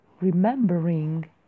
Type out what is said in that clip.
remembering